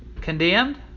condemned